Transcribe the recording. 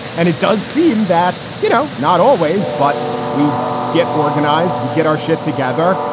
and it does seem that, you know, not always, but we get organized, we get our shit together,